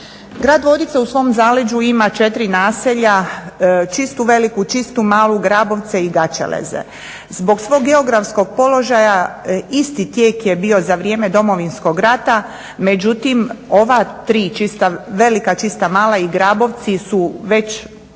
Grad Vodice u svom zaleđu ima 4. naselja, Čistu veliku, Čistu malu, Grabove i Gaćeleze. Zbog svog geografskog položaja isti tijek je bio za vrijeme Domovinskog rata, međutim ova tri Čista velika, Čista mala i Grabovci su već